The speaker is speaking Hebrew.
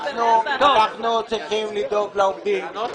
אנחנו צריכים לדאוג לעובדים.